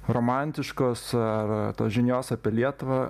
romantiškos ar tos žinios apie lietuvą